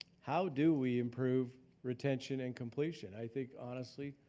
how do we improve retention and completion? i think honestly,